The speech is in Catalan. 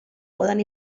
poden